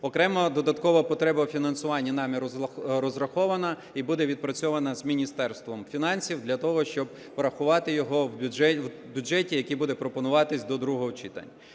Окремо додаткова потреб в фінансуванні нами розрахована і буде відпрацьована з Міністерством фінансів для того, щоб врахувати його в бюджеті, який буде пропонуватись до другого читання.